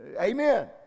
Amen